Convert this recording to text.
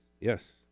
yes